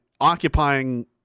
occupying